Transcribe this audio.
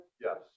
yes